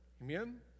Amen